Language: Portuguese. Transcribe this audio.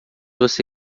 você